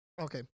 Okay